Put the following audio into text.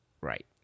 right